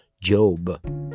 Job